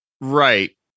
Right